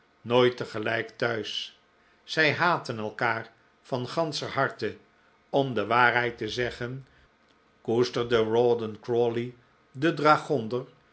nooit tegelijk thuis zij haatten elkaar van ganscher harte om de waarheid te zeggen koesterde rawdon crawley de